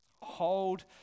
hold